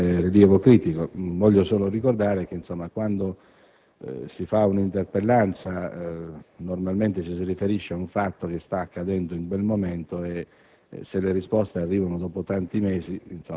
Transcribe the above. questo fosse un avvenimento di particolare rilievo critico. Voglio solo ricordare che, quando si avanza un'interpellanza, normalmente ci si riferisce ad un fatto che sta accadendo in quel momento;